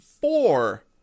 four